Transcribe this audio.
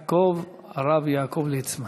הרב יעקב ליצמן,